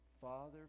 father